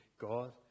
God